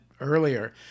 earlier